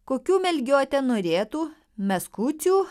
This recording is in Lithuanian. kokių melgiotė norėtų meskucių